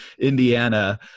Indiana